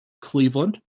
Cleveland